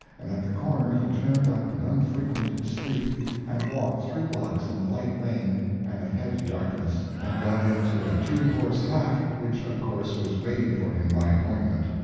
and at the corner he turned up an unfrequented street and walked three blocks in a light rain and a heavy darkness, and got into a two-horse hack, which, of course, was waiting for him by appointment.